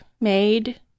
made